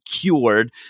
cured